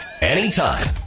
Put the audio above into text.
anytime